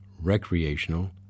recreational